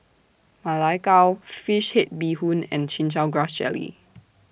Ma Lai Gao Fish Head Bee Hoon and Chin Chow Grass Jelly